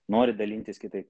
nori dalintis kitaip